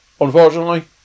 unfortunately